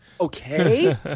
okay